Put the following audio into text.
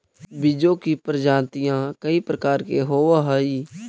बीजों की प्रजातियां कई प्रकार के होवअ हई